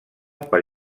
per